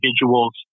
individual's